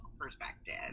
perspective